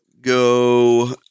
go